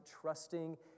trusting